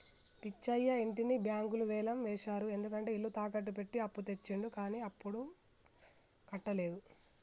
పిచ్చయ్య ఇంటిని బ్యాంకులు వేలం వేశారు ఎందుకంటే ఇల్లు తాకట్టు పెట్టి అప్పు తెచ్చిండు కానీ అప్పుడు కట్టలేదు